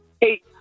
Hey